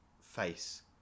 face